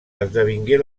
esdevingué